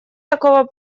такого